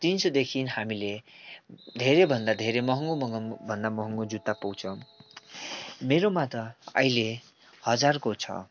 तिन सयदेखिन् हामीले धेरैभन्दा धेरै महँगो महँगोभन्दा महँगो जुत्ता पाउँछ मेरोमा त अहिले हजारको छ